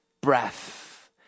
breath